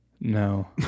No